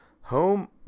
home